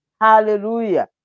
Hallelujah